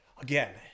again